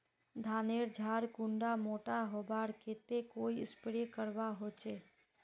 धानेर झार कुंडा मोटा होबार केते कोई स्प्रे करवा होचए?